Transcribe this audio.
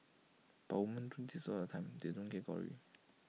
but women do this all the time they don't get glory